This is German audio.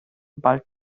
bald